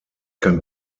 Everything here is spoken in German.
kann